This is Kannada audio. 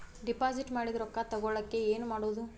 ಡಿಪಾಸಿಟ್ ಮಾಡಿದ ರೊಕ್ಕ ತಗೋಳಕ್ಕೆ ಏನು ಮಾಡೋದು?